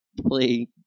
play